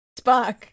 spock